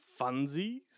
Funsies